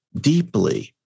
deeply